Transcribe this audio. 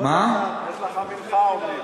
יש תפילה, יש לך מנחה, אומרים.